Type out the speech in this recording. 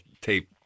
tape